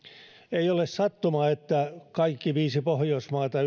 ei ole sattumaa että kaikki viisi pohjoismaata